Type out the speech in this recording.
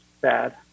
bad